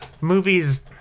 movies